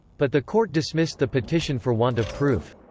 but the court dismissed the petition for want of proof.